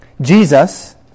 Jesus